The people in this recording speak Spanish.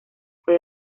fue